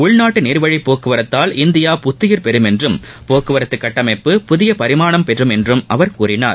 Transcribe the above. உள்நாட்டு நீர்வழி போக்குவரத்தால் இந்தியா புத்தயிர் பெறும் என்றும் போக்குவரத்து கட்டமைப்பு புதிய பரிமாணம் பெறும் என்றும் அவர் கூறினார்